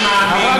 ציבור,